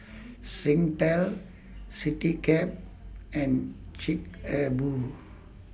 Singtel Citycab and Chic A Boo